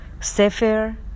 Sefer